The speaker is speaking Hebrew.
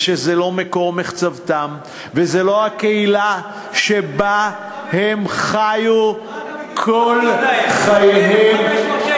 שהן לא מקור מחצבתם ולא הקהילה שבה הם חיו כל חייהם,